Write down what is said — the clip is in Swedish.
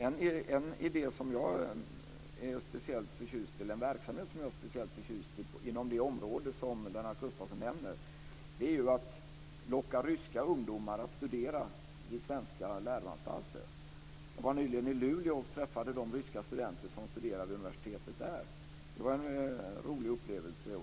En verksamhet som jag är speciellt förtjust i inom det område som Lennart Gustavsson nämner är att locka ryska ungdomar att studera vid svenska läroanstalter. Jag var nyligen i Luleå och träffade de ryska studenter som studerar vi universitetet där. Det var en rolig upplevelse.